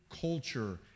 culture